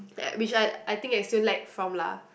that which I I think I still lack from lah